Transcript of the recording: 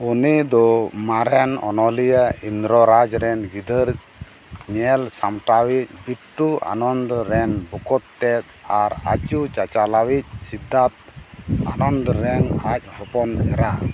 ᱩᱱᱤ ᱫᱚ ᱢᱟᱨᱮᱱ ᱚᱱᱚᱞᱤᱭᱟᱹ ᱤᱱᱫᱨᱚ ᱨᱟᱡᱽ ᱨᱮᱱ ᱜᱤᱫᱟᱹᱨ ᱧᱮᱞ ᱥᱟᱢᱴᱟᱣᱤᱡ ᱵᱤᱴᱴᱩ ᱟᱱᱚᱱᱫᱚ ᱨᱮᱱ ᱵᱚᱠᱚᱛ ᱛᱮᱫ ᱟᱨ ᱟᱹᱪᱩ ᱪᱟᱪᱟᱞᱟᱣᱤᱡ ᱥᱤᱫᱽᱫᱷᱟᱛ ᱟᱱᱚᱱᱫᱚ ᱨᱮᱱ ᱟᱡ ᱦᱚᱯᱚᱱ ᱮᱨᱟ